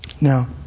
Now